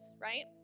right